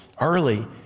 early